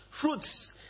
fruits